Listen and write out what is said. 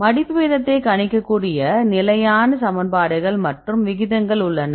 மடிப்பை கணிக்கக்கூடிய நிலையான சமன்பாடுகள் மற்றும் விகிதங்கள் உள்ளன